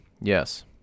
yes